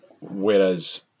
whereas